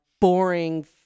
boring